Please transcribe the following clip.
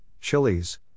chilies